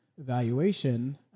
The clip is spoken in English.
evaluation